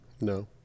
No